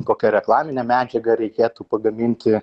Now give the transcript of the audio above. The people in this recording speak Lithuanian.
kokią reklaminę medžiagą reikėtų pagaminti